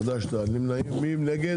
מי נגד?